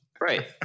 right